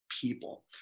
people